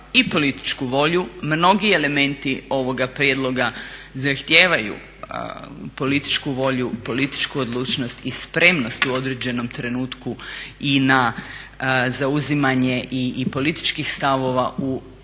i političku volju. Mnogi elementi ovoga prijedloga zahtijevaju političku volju, političku odlučnost i spremnost u određenom trenutku i na zauzimanje i političkih stavova i u izborima